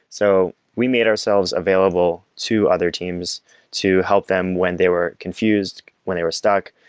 so we made ourselves available to other teams to help them when they were confused, when they were stuck,